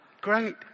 Great